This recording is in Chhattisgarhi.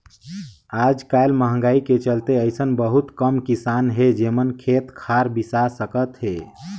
आयज कायल मंहगाई के चलते अइसन बहुत कम किसान हे जेमन खेत खार बिसा सकत हे